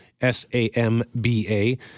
S-A-M-B-A